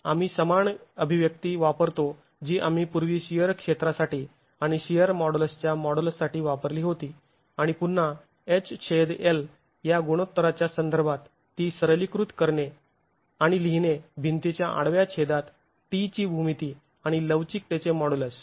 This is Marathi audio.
आणि आम्ही समान अभिव्यक्ती वापरतो जी आम्ही पूर्वी शिअर क्षेत्रासाठी आणि शिअर मॉड्युलसच्या मॉड्युलससाठी वापरली होती आणि पुन्हा hL या गुणोत्तराच्या संदर्भात ती सरलीकृत करणे आणि लिहिणे भिंतीच्या आडव्या छेदात t ची भूमिती आणि लवचिकतेचे मॉड्युलस